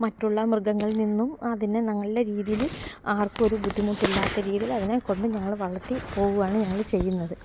മറ്റുള്ള മൃഗങ്ങളിൽ നിന്നും അതിനെ നല്ല രീതിയിൽ ആർക്കും ഒരു ബുദ്ധിമുട്ടും ഇല്ലാത്ത രീതിയിൽ അതിനെക്കൊണ്ട് ഞങ്ങൾ വളർത്തി പോവുകയാണ് ഞങ്ങൾ ചെയ്യുന്നത്